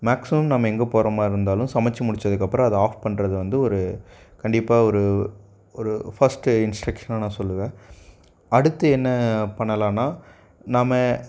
maximum நம்ம எங்கே போகிற மாதிரி இருந்தாலும் சமச்சு முடிச்சதுக்கப்புறம் அத ஆஃப் பண்ணுறது வந்து ஒரு கண்டிப்பாக ஒரு ஒரு ஃபஸ்ட்டு இன்ஸ்ட்ரக்ஷனா நான் சொல்லுவேன் அடுத்து என்ன பண்ணலாம்னா நம்ம